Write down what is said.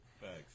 Thanks